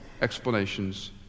explanations